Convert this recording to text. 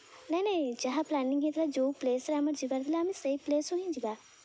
ନାଇଁ ନାଇଁ ଯାହା ପ୍ଲାନିଂ ହୋଇଥିଲା ଯେଉଁ ପ୍ଲେସ୍ରେ ଆମର ଯିବାରଥିଲା ଆମେ ସେହି ପ୍ଲେସ୍ରେ ହିଁ ଯିବା